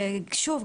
שוב,